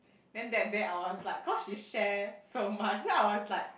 then that day I was like cause she share so much then I was like